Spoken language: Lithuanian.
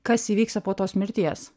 kas įvyksta po tos mirties